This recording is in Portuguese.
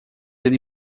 ele